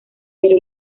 pero